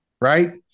right